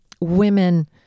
women